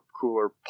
cooler